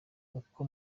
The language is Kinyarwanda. uko